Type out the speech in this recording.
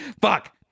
Fuck